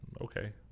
Okay